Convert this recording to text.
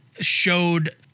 showed